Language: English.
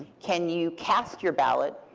can you cast your ballot?